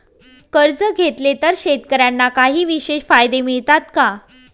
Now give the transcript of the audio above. कर्ज घेतले तर शेतकऱ्यांना काही विशेष फायदे मिळतात का?